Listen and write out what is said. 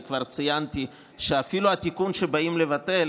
כבר ציינתי שאפילו על התיקון שבאים לבטל